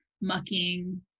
mucking